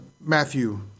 Matthew